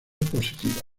positiva